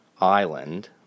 Island